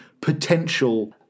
potential